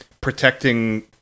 protecting